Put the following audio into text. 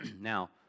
Now